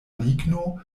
ligno